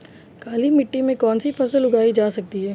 काली मिट्टी में कौनसी फसलें उगाई जा सकती हैं?